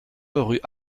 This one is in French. rue